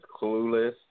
clueless